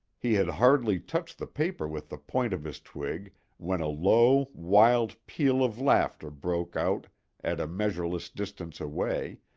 he had hardly touched the paper with the point of his twig when a low, wild peal of laughter broke out at a measureless distance away,